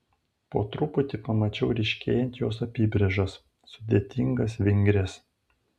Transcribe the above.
po truputį pamačiau ryškėjant jos apybrėžas sudėtingas vingrias